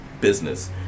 business